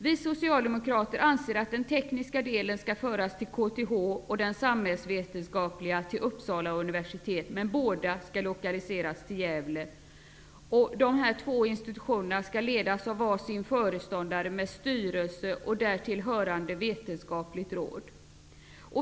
Vi socialdemokrater anser att den tekniska delen skall föras till KTH och den samhällsvetenskapliga delen till Uppsala universitet, men båda skall lokaliseras till Gävle. De två institutionerna skall ledas av var sin förståndare med styrelse och därtill hörande vetenskapligt råd.